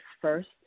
first